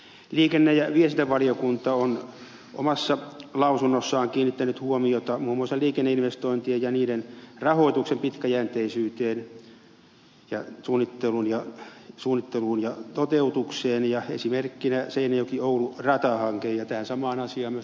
liikenne ja viestintävaliokunta on omassa lausunnossaan kiinnittänyt huomiota muun muassa liikenneinvestointien ja niiden rahoituksen pitkäjänteisyyteen suunnitteluun ja toteutukseen esimerkkinä seinäjokioulu ratahanke ja tähän samaan asiaan myös tarkastusvaliokunta on aiemmin kiinnittänyt huomiota